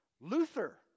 Luther